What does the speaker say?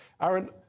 Aaron